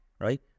Right